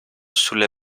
sulle